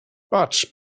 patrz